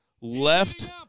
left